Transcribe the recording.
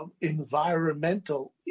environmental